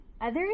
others